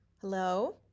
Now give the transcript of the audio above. Hello